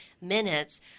minutes